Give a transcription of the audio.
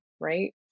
right